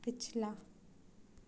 पिछला